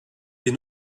des